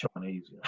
Chinese